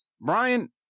brian